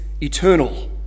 eternal